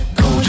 go